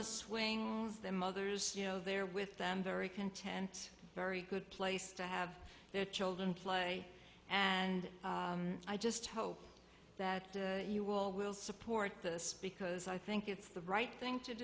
the swing their mothers you know they're with them very content very good place to have their children play and i just hope that you will support this because i think it's the right thing to